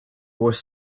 was